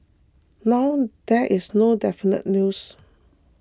now there is no definite news